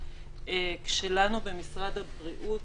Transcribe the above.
כשלנו במשרד הבריאות,